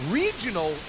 regional